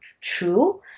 true